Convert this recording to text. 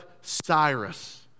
Cyrus